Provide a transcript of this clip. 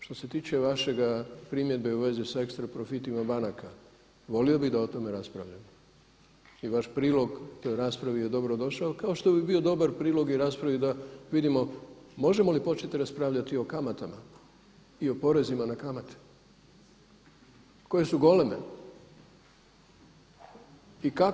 Što se tiče vaše primjedbe u svezi sa ekstra profitima banaka, volio bih da o tome raspravljamo i vaš prilog toj raspravi je dobro došao kao što bi bio dobar prilog i raspravi da vidimo možemo li početi raspravljati o kamatama i o porezima na kamate koje su goleme.